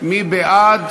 מי בעד?